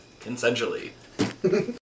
Consensually